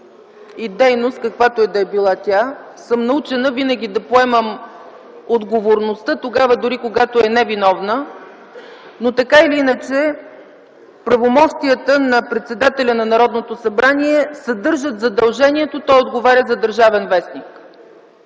и дейност, каквато и да е била тя, съм научена винаги да поемам отговорността тогава дори, когато е невиновна. Но така или иначе правомощията на председателя на Народното събрание съдържат задължението - той отговаря за “Държавен вестник”.